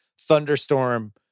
thunderstorm